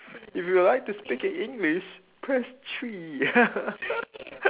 if you would like to speak in english press three